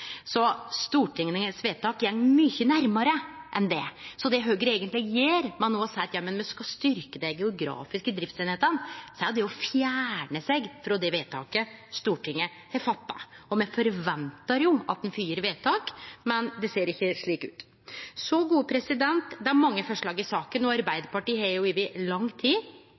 Så Stortingets vedtak går mykje nærmare enn det. Så det Høgre eigentleg gjer – med no å seie at me skal styrkje dei geografiske driftseiningane – er å fjerne seg frå det vedtaket Stortinget har gjort. Me forventar jo at ein fylgjer vedtak, men det ser ikkje slik ut. Det er mange forslag i saka. Arbeidarpartiet har over lang tid